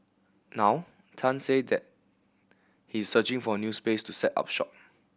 now Tan said that he is searching for a new space to set up shop